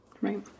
Right